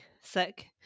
sick